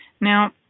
Now